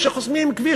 כשחוסמים כביש,